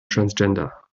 transgender